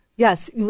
Yes